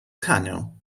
kanno